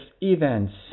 events